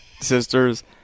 sisters